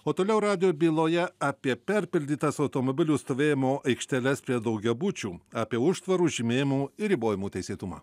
o toliau radijo byloje apie perpildytas automobilių stovėjimo aikšteles prie daugiabučių apie užtvarų žymėjimų ir ribojimų teisėtumą